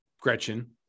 Gretchen